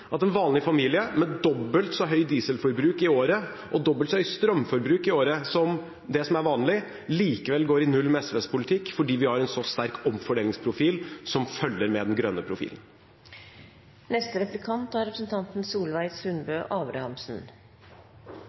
at en vanlig familie med dobbelt så høyt dieselforbruk og dobbelt så høyt strømforbruk i året som det som er vanlig, likevel går i null med SVs politikk fordi vi har en så sterk omfordelingsprofil, som følger med den grønne profilen. Eg har lyst å gje representanten